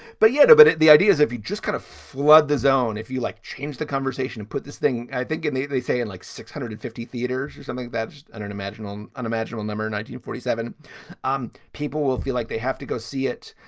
but yet. but the idea is, if you just kind of flood the zone, if you like, change the conversation and put this thing, i think, and they they say in like six hundred and fifty theaters or something, that's an unimaginable, unimaginable number nineteen, forty seven um people will feel like they have to go see it.